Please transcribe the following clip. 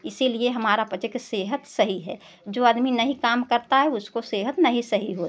इसलिए हमारा पाचक सेहत सही है जो आदमी नहीं काम करता है उसको सेहत नहीं सही होती